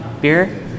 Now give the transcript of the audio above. beer